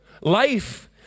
Life